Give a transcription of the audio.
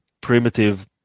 primitive